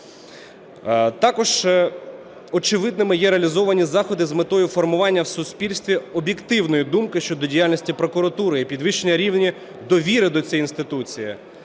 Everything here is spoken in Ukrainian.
Також очевидними є реалізовані заходи з метою формування в суспільстві об'єктивної думки щодо діяльності прокуратури і підвищення рівня довіри до цієї інституції.